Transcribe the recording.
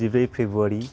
जिब्रै फेब्रुवारि